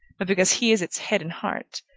but because he is its head and heart,